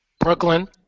Brooklyn